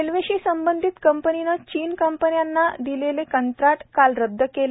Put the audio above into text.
रेल्वेशी संबंधित कंपनीनं चीनी कंपन्यांना दिलेलं कंत्राट काल रद्द केलं